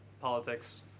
politics